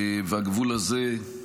והגבול הזה,